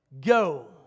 go